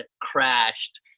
crashed